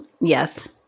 Yes